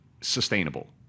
sustainable